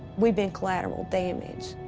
we've been collateral damage.